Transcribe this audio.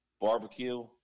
barbecue